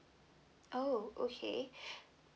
oh okay